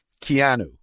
Keanu